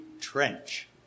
Trench